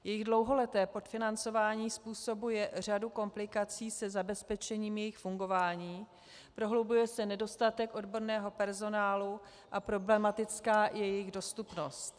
Jejich dlouholeté podfinancování způsobuje řadu komplikací se zabezpečením jejich fungování, prohlubuje se nedostatek odborného personálu a problematická je i jejich dostupnost.